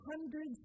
hundreds